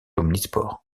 omnisports